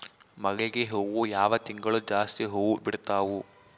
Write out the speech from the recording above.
ಮಲ್ಲಿಗಿ ಹೂವು ಯಾವ ತಿಂಗಳು ಜಾಸ್ತಿ ಹೂವು ಬಿಡ್ತಾವು?